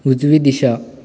उजवी दिशा